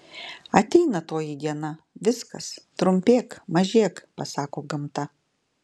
ateina toji diena viskas trumpėk mažėk pasako gamta